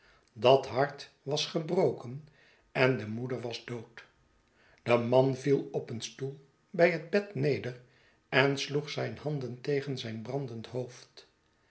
dat hart was gebroken en de moeder was dood de man viel op een stoel bij het bed neder en sloeg zijn handentegen zijn brandend hoofd